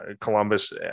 Columbus